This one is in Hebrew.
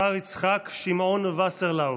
השר יצחק שמעון וסרלאוף.